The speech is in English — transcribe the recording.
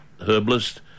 herbalist